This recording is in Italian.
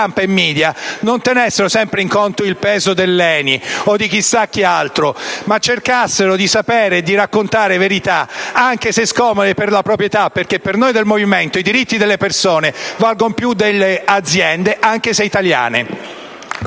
e *media* non tenessero sempre in conto il peso dell'ENI o di chissà chi altro, ma cercassero di conoscere e di raccontare verità, anche se scomode per la proprietà, perché per noi del Movimento 5 Stelle i diritti delle persone valgono più delle aziende, pure se italiane.